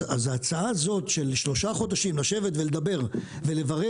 אז ההצעה הזאת של שלושה חודשים לשבת ולדבר ולברר,